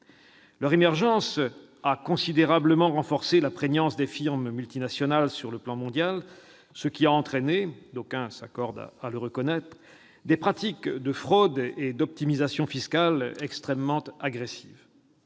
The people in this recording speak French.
Leur émergence a considérablement renforcé la prégnance des firmes multinationales, ce qui a entraîné- d'aucuns s'accordent à le reconnaître -des pratiques de fraude et d'optimisation fiscales extrêmement agressives.